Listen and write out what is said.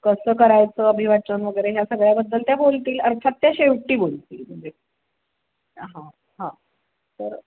कसं करायचं अभिवाचन वगैरे ह्या सगळ्याबद्दल त्या बोलतील अर्थात त्या शेवटी बोलतील म्हणजे तर